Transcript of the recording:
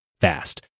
fast